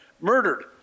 Murdered